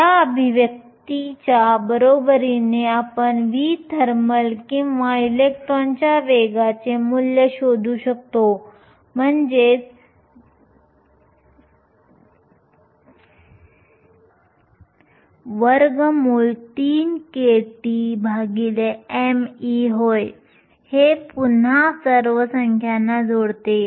या अभिव्यक्तीच्या बरोबरीने आपण v थर्मल किंवा इलेक्ट्रॉनच्या वेगाचे मूल्य शोधू शकतो म्हणजेच 3kTme होय हे पुन्हा सर्व संख्यांना जोडते